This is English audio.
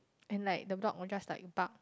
and like the dog will just like bark